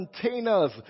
containers